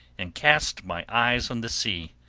and cast my eyes on the sea.